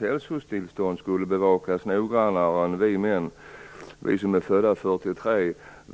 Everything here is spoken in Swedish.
hälsotillstånd skall bevakas noggrannare än de mäns som är födda före 1943.